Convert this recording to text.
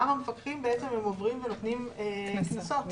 שאר המפקחים עוברים ונותנים קנסות,